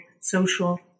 social